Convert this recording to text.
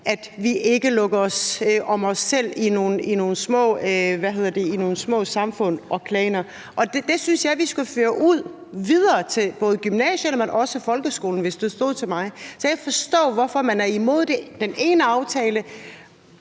at vi ikke lukker os om os selv i nogle små samfund og klaner. Det skulle vi føre ud og videre til både gymnasierne, men også folkeskolen, hvis det stod til mig. Så jeg kan ikke forstå, hvorfor man er imod den ene aftale